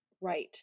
Right